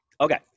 okay